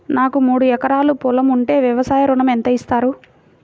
నాకు మూడు ఎకరాలు పొలం ఉంటే వ్యవసాయ ఋణం ఎంత ఇస్తారు?